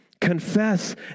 Confess